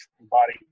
body